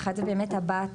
האחד זה באמת הבת,